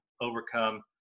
overcome